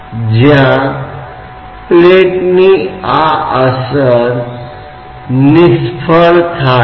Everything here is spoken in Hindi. तो यह एक पूर्ण मुक्त निकाय आकृति नहीं है यह केवल x दिशा के साथ बलों को दिखाता है